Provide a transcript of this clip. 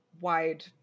wide